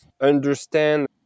understand